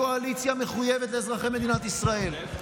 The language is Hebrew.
הקואליציה מחויבת לאזרחי מדינת ישראל,